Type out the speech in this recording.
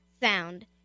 sound